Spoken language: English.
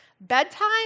bedtime